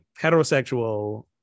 heterosexual